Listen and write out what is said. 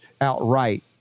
outright